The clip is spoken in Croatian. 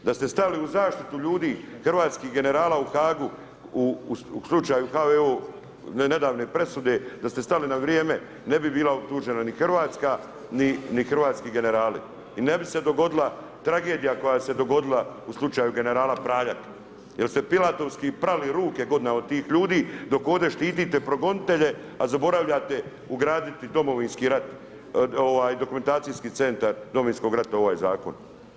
Da ste stali u zaštitu ljudi hrvatskih generala u Haagu u slučaju HVO nedavne presude, da ste stali na vrijeme ne bi bila optužena ni Hrvatska ni hrvatski generali i ne bi se dogodila tragedija koja se dogodila u slučaju generala Praljak jel ste pilatovski prali ruke godinama od tih ljudi dok ovdje štite progonitelje, a zaboravljate ugraditi Memorijalno dokumentacijski centar iz Domovinskoga rata u ovaj zakon.